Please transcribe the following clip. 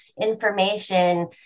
information